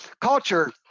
Culture